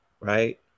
Right